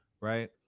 right